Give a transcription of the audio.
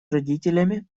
родителями